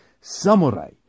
Samurai